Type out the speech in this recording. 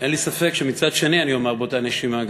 אין לי ספק שמצד שני, אני גם אומר באותה נשימה,